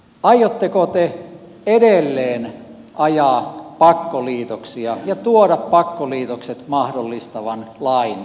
aiotteko te edelleen ajaa pakkoliitoksia ja tuoda pakkoliitokset mahdollistavan lain eduskuntaan